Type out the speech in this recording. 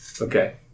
Okay